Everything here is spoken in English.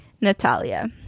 natalia